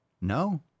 No